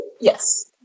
Yes